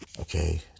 Okay